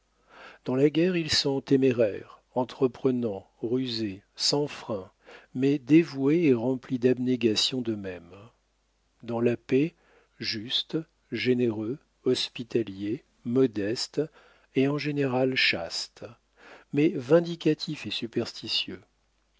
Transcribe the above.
dans la guerre ils sont téméraires entreprenants rusés sans frein mais dévoués et remplis d'abnégation d'eux-mêmes dans la paix justes généreux hospitaliers modestes et en général chastes mais vindicatifs et superstitieux